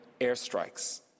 airstrikes